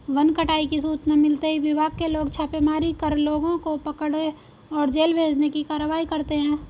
one कटाई की सूचना मिलते ही विभाग के लोग छापेमारी कर लोगों को पकड़े और जेल भेजने की कारवाई करते है